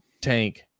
tank